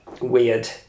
weird